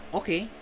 okay